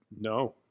No